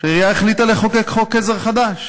שהעירייה החליטה לחוקק חוק-עזר חדש,